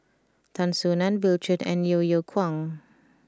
Tan Soo Nan Bill Chen and Yeo Yeow Kwang